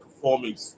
Performing